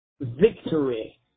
Victory